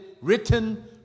written